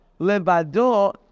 Levado